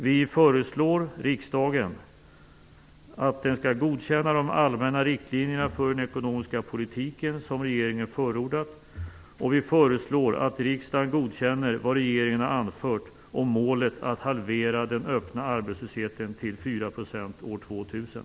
Vi föreslår riksdagen att den skall godkänna de allmänna riktlinjerna för den ekonomiska politiken som regeringen har förordat, och vi föreslår att riksdagen godkänner vad regeringen har anfört om målet att halvera den öppna arbetslösheten till 4 % år 2000.